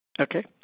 Okay